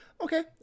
Okay